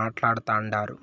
మాట్లాడతాండారు